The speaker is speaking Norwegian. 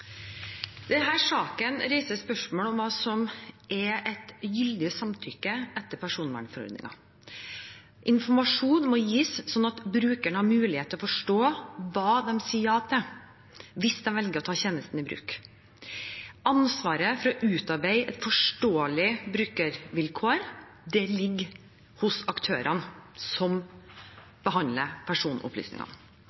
saken reiser spørsmål om hva som er et gyldig samtykke etter personvernforordningen. Informasjon må gis slik at brukeren har mulighet til å forstå hva de sier ja til hvis de velger å ta tjenesten i bruk. Ansvaret for å utarbeide et forståelig brukervilkår ligger hos aktørene som